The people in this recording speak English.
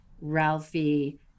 Ralphie